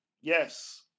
Yes